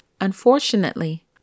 Unfortunately